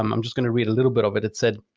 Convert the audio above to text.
um i'm just gonna read a little bit of it it said,